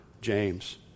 James